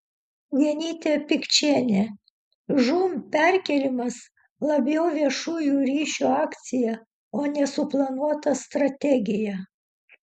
genytė pikčienė žūm perkėlimas labiau viešųjų ryšių akcija o ne suplanuota strategija